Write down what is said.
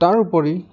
তাৰ উপৰি